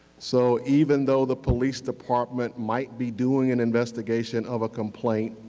so even though the police department might be doing an investigation of a complaint,